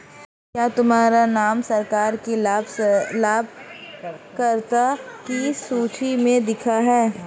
क्या तुम्हारा नाम सरकार की लाभकर्ता की सूचि में देखा है